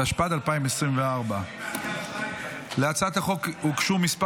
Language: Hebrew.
התשפ"ד 2024. להצעת החוק הוגשו כמה